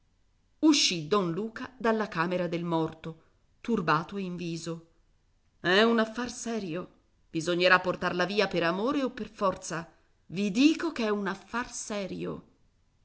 uscì don luca dalla camera del morto turbato in viso è un affar serio bisognerà portarla via per amore o per forza i dico ch'è un affar serio